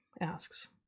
asks